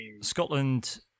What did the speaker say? Scotland